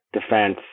defense